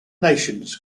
nations